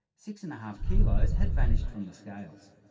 six and a half kilos had vanished from the scales.